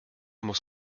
muss